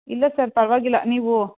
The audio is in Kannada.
ಇಲ್ಲ ಸರ್ ಪರ್ವಾಗಿಲ್ಲ ನೀವು